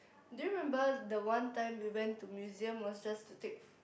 do you remember the one time we went to museum was just to take